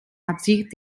absicht